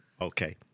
Okay